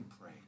pray